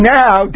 now